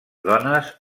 dones